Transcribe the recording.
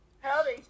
Howdy